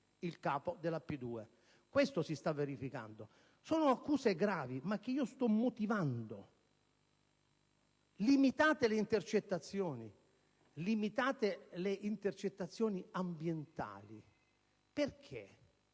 il capo della P2. Questo si sta verificando. Sono accuse gravi ma che io sto motivando. Limitate le intercettazioni ambientali: perché?